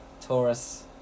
Taurus